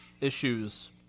issues